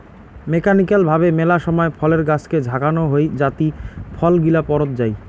mechanical ভাবে মেলা সময় ফলের গাছকে ঝাঁকানো হই যাতি ফল গিলা পড়ত যাই